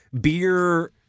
beer –